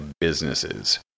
businesses